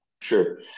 Sure